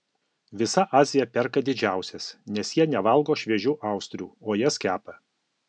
visa azija perka didžiausias nes jie nevalgo šviežių austrių o jas kepa